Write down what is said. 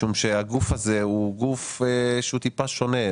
משום שהגוף הזה הוא גוף שהוא טיפה שונה.